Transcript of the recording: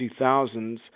2000s